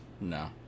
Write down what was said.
No